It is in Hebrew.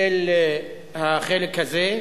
אל החלק הזה.